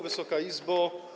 Wysoka Izbo!